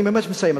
אני מסיים,